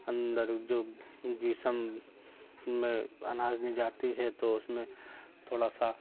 اندر جو جسم میں اناج نہیں جاتی ہے تو اس میں تھوڑا سا